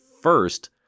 first